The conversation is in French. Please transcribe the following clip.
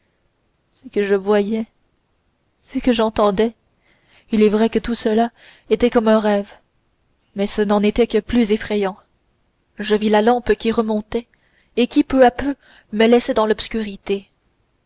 c'est que je voyais c'est que j'entendais il est vrai que tout cela était comme dans un rêve mais ce n'en était que plus effrayant je vis la lampe qui remontait et qui peu à peu me laissait dans l'obscurité